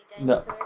No